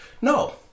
No